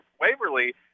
Waverly